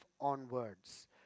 onwards